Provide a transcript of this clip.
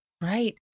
Right